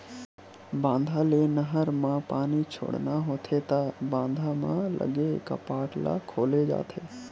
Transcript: बांधा ले नहर म पानी छोड़ना होथे त बांधा म लगे कपाट ल खोले जाथे